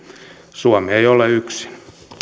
suomi ei ole yksin